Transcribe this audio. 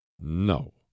No